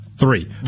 Three